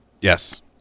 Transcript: Yes